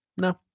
No